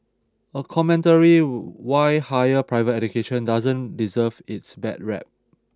a commentary why higher private education doesn't deserve its bad rep